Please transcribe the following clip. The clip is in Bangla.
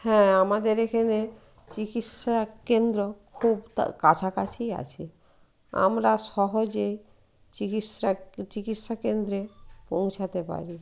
হ্যাঁ আমাদের এখানে চিকিৎসা কেন্দ্র খুব তা কাছাকাছি আছে আমরা সহজে চিকিৎসা চিকিৎসা কেন্দ্রে পৌঁছাতে পারি